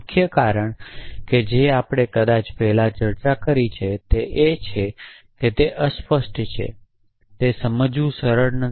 મુખ્ય કારણ કે જે આપણે કદાચ પહેલાં ચર્ચા કરી છે તે એ છે કે તે અસ્પષ્ટ છે તે સમજવું સરળ નથી